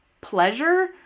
pleasure